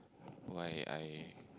why I